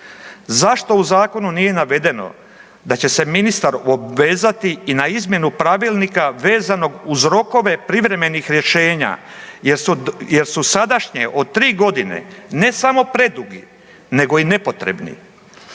Zašto u zakonu nije navedeno da će se ministar obvezati i na izmjenu Pravilnika vezanog uz rokove privremenih rješenja, jer su sadašnje od tri godine ne samo predugi, nego i nepotrebni.